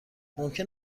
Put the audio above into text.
ممکن